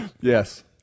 Yes